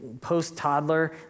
post-toddler